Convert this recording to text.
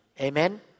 Amen